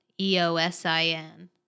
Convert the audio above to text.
E-O-S-I-N